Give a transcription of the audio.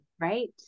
Right